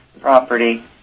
property